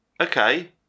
okay